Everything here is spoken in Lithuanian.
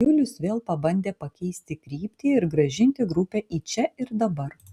julius vėl pabandė pakeisti kryptį ir grąžinti grupę į čia ir dabar